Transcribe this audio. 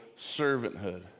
servanthood